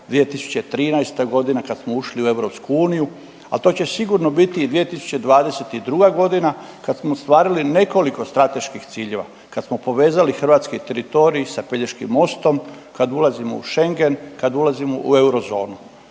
2013.g. kad smo ušli u EU, a to će sigurno biti i 2022.g. kad smo ostvarili nekoliko strateških ciljeva, kad smo povezali hrvatski teritorij sa Pelješkim mostom, kad ulazimo u Schengen, kad ulazimo u eurozonu.